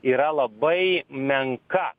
yra labai menka